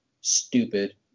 stupid